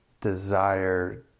desire